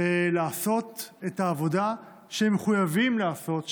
ולעשות את העבודה שהם מחויבים לעשות,